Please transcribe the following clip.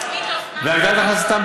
והגדלת הכנסתם